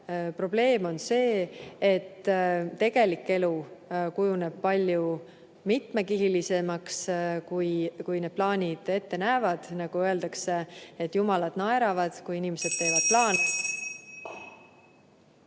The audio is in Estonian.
probleem on see, et tegelik elu kujuneb palju mitmekihilisemaks, kui need plaanid ette näevad. Nagu öeldakse, et jumalad naeravad, kui inimesed teevad plaane.